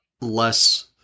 less